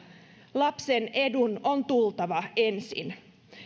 lapsen edun on tultava ensin